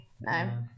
No